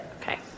Okay